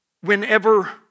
whenever